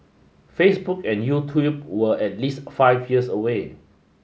Facebook and YouTube were at least five years away